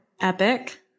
Epic